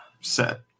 set